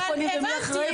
איך פונים ומי אחראי.